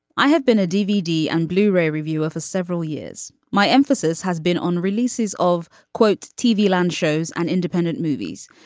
i have been a dvd and blu ray review for several years. my emphasis has been on releases of quote tv land shows and independent movies.